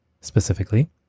Specifically